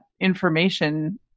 information